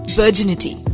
virginity